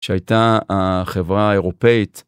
כשהייתה החברה האירופאית